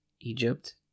Egypt